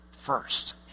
first